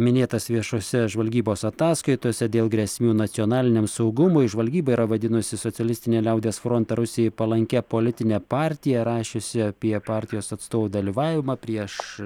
minėtas viešose žvalgybos ataskaitose dėl grėsmių nacionaliniam saugumui žvalgyba yra vadinusi socialistinį liaudies frontą rusijai palankia politine partija rašiusi apie partijos atstovų dalyvavimą prieš